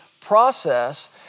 process